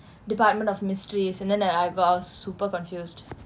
department of mystery is and then I I got super confused